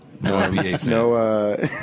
no